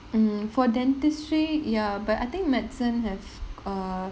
mmhmm for dentistry ya but I think medicine has err